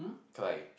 cry